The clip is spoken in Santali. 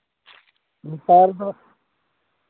ᱱᱮᱛᱟᱨ ᱦᱚᱸ